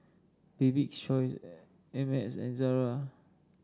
Bibik's Choice Ameltz and Zara